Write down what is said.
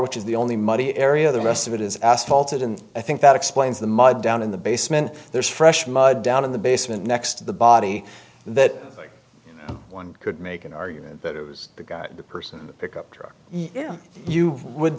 which is the only muddy area the rest of it is asphalted and i think that explains the mud down in the basement there's fresh mud down in the basement next to the body that one could make an argument that the guy the person pickup truck yeah you would